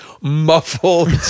muffled